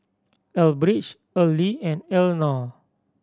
Elbridge Earley and Elenor